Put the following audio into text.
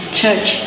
church